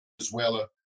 Venezuela